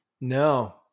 No